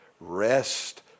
rest